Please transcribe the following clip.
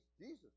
Jesus